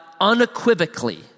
unequivocally